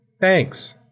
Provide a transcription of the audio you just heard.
Thanks